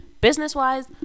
Business-wise